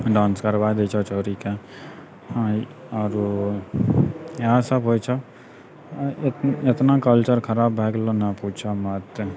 dance करबा दै छऽ छौड़ीके आओर इएह सब होइ छऽ एतना कल्चर खराब भऽ गेलऽ ने पूछऽ मत